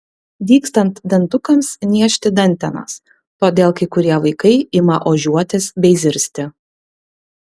dygstant dantukams niežti dantenas todėl kai kurie vaikai ima ožiuotis bei zirzti